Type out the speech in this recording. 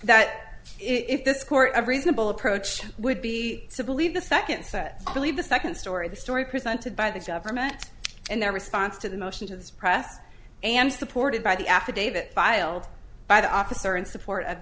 that if this court of reasonable approach would be to believe the second set i believe the second story the story presented by the government and their response to the motion to the press and supported by the affidavit filed by the officer in support of